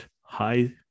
high